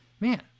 man